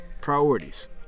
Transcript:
priorities